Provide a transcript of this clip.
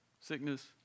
sickness